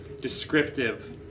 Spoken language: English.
descriptive